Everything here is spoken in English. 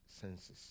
senses